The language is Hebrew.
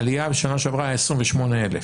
העלייה בשנה שעברה הייתה 28,000,